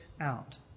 out